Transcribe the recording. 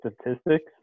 statistics